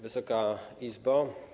Wysoka Izbo!